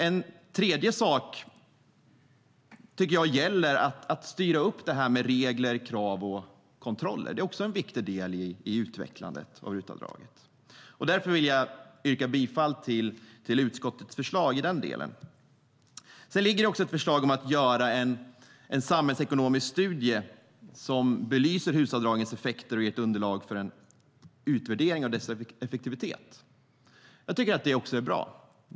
En tredje sak handlar om att styra upp det här med regler, krav och kontroller, vilket också är en viktig del i utvecklandet av RUT-avdraget. Därför vill jag yrka bifall till utskottets förslag i den delen. Sedan föreligger även ett förslag om att göra en samhällsekonomisk studie som belyser HUS-avdragens effekter och ger ett underlag för en utvärdering av deras effektivitet. Jag tycker att det också är bra.